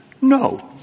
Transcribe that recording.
no